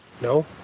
No